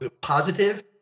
positive